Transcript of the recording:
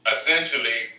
Essentially